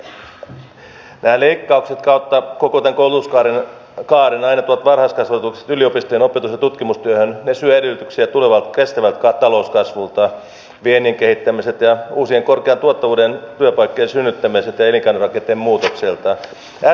nämä leikkaukset kautta koko tämän koulutuskaaren aina tuolta varhaiskasvatuksesta yliopistojen opetus ja tutkimustyöhön syövät edellytyksiä kestävältä talouskasvulta viennin kehittämiseltä uusien korkean tuottavuuden työpaikkojen synnyttämiseltä ja elinkaarirakenteen muutokselta